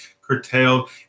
curtailed